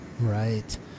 Right